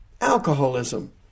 Alcoholism